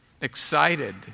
excited